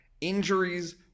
injuries